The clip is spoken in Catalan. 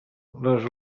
les